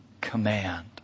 command